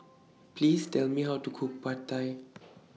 Please Tell Me How to Cook Pad Thai